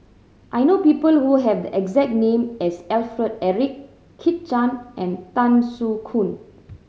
I know people who have the exact name as Alfred Eric Kit Chan and Tan Soo Khoon